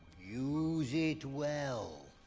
use it well.